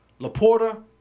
Laporta